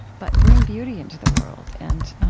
but bring beauty into the world, and